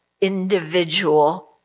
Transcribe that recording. individual